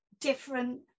different